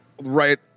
right